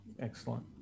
Excellent